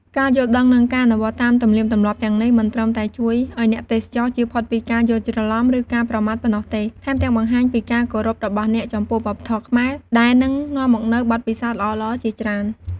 ការយល់ដឹង និងការអនុវត្តន៍តាមទំនៀមទម្លាប់ទាំងនេះ មិនត្រឹមតែជួយឱ្យអ្នកទេសចរជៀសផុតពីការយល់ច្រឡំ ឬការប្រមាថប៉ុណ្ណោះទេ ថែមទាំងបង្ហាញពីការគោរពរបស់អ្នកចំពោះវប្បធម៌ខ្មែរ ដែលនឹងនាំមកនូវបទពិសោធន៍ល្អៗជាច្រើន។